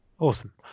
awesome